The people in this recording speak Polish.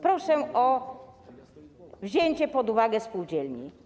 Proszę o wzięcie pod uwagę spółdzielni.